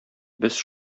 без